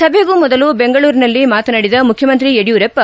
ಸಭೆಗೂ ಮೊದಲು ಬೆಂಗಳೂರಿನಲ್ಲಿ ಮಾತನಾಡಿದ ಮುಖ್ಯಮಂತ್ರಿ ಯಡಯೂರಪ್ಪ